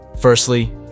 Firstly